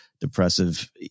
depressive